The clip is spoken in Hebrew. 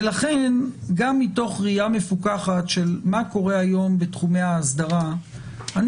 לכן גם מתוך ראייה מפוקחת מה קורה היום בתחומי האסדרה אני